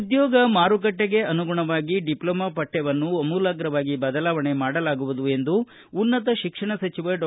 ಉದ್ಯೋಗ ಮಾರುಕಟ್ಟಗೆ ಅನುಗುಣವಾಗಿ ಡಿಮ್ನೊಮೊ ಪಠ್ಯವನ್ನು ಆಮೂಲಾಗ್ರವಾಗಿ ಬದಲಾವಣೆ ಮಾಡಲಾಗುವುದು ಎಂದು ಉನ್ನತ ಶಿಕ್ಷಣ ಸಚಿವ ಡಾ